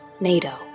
NATO